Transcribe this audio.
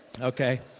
Okay